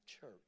church